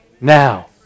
Now